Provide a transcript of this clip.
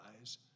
eyes